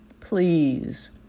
Please